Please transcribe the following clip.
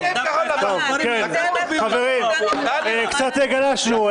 אתם, כחול לבן --- חברים, קצת גלשנו.